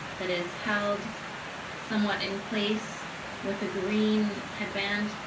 that is held somewhat in place with a green headband.